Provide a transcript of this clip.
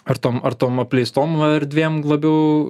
ar tom ar tom apleistom erdvėm labiau